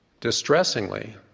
Distressingly